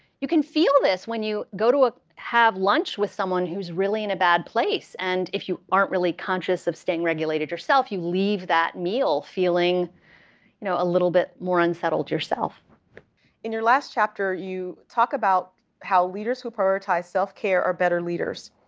you can feel this when you go to ah have lunch with someone who's really in a bad place. and if you aren't really conscious of staying regulated yourself, you leave that meal feeling you know a little bit more unsettled yourself. carla mcintosh in your last chapter, you talk about how leaders who prioritize self-care are better leaders.